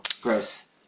Gross